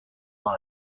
dans